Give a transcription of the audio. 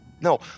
No